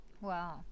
Wow